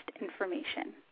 information